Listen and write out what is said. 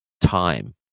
time